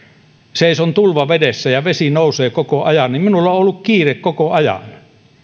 seison tulvavedessä ja vesi nousee koko ajan niin minulla on ollut kiire koko ajan